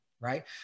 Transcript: right